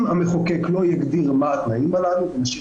אם המחוקק לא יגדיר מה התנאים הללו ונשאיר